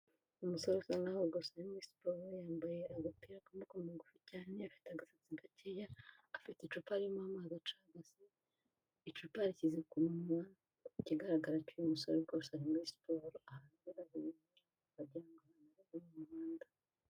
Umusore usa nkahogo gusa muri siporo yambaye agapira k'umuboko mugufi cyane afite agasatsi gakeya afite icupa aririmo amazi aca icupa rikiza ku munwa kigaragara cy'uyu musore gusanga muri siporo aha mu muhanda.